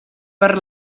per